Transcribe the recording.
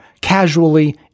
casually